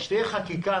כשתהיה חקיקה,